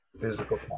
Physical